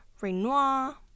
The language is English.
Renoir